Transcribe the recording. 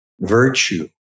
virtue